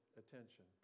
attention